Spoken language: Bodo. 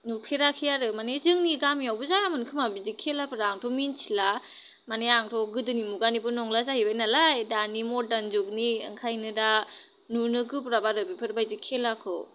नुफेराखै आरो माने जोंनि गामिआवबो जायामोन खोमा बिदि खेलाफ्रा आंथ' मिनथिला माने आंथ' गोदोनि मुगानिबो नंला जाहैबाय नालाय दानि मदार्न जुगनि आंखायनो दा नुनो गोब्राब आरो दा बेफोरबायदि खोलाखौ